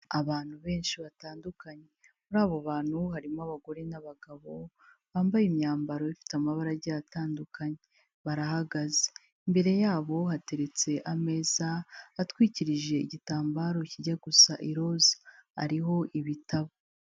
Abantu benshi batandukanye, muri abo bantu harimo abagore n'abagabo, bambaye imyambaro ifite amabara agiye atandukanye, barahagaze, imbere yabo hateretse ameza atwikirije igitambaro kijya gusa i roza, ariho ibitabo.